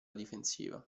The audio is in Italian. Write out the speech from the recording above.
difensiva